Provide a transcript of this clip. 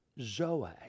zoe